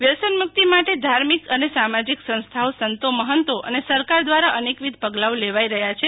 વ્યસન મુક્તિ માટે ધાર્મિક અને સામાજીક સંસ્થાઓસંતો મહંતો અને સરકાર દ્વારા અનેકવિધ પગલાઓ લેવાઈ રહ્યા છે